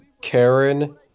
Karen